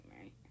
right